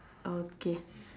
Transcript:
okay